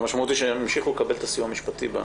שהמשמעות היא שהם ימשיכו לקבל את הסיוע המשפטי.